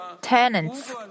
tenants